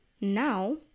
now